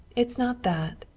it's not that,